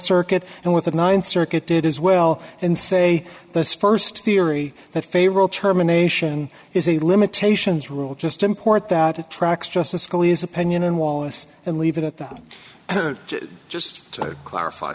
circuit and with the ninth circuit did as well and say this first theory that favor all terminations is the limitations rule just import that it tracks justice scalia's opinion and wallace and leave it at that just to clarify